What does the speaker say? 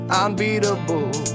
unbeatable